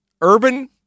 Urban